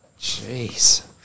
Jeez